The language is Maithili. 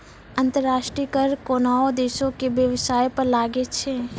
अंतर्राष्ट्रीय कर कोनोह देसो के बेबसाय पर लागै छै